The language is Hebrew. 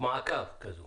מעקב כזאת